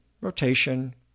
rotation